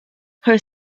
her